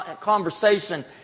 conversation